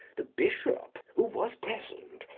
the bishop, who was present,